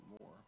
more